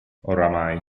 oramai